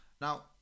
Now